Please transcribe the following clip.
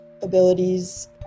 abilities